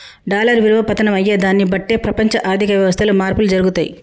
dollar విలువ పతనం అయ్యేదాన్ని బట్టే ప్రపంచ ఆర్ధిక వ్యవస్థలో మార్పులు జరుగుతయి